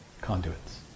conduits